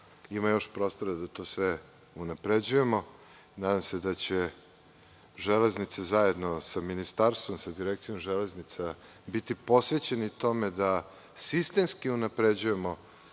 ima još prostora da to sve unapređujemo i nadam se da će „Železnice“ zajedno sa Ministarstvom i sa Direkcijom železnica biti posvećeni tome da sistemski unapređujemo